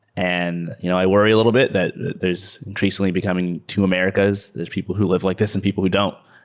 and you know i worry a little bit that there's increasingly becoming two americas. there's people who live like this and people who don't,